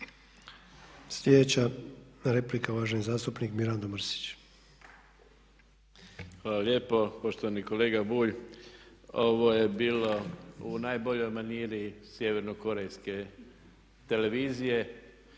Sljedeća replika, uvaženi zastupnik Mirando Mrsić. **Mrsić, Mirando (SDP)** Hvala lijepo. Poštovani kolega Bulj, ovo je bilo u najboljoj maniri Sjevernokorejske televizije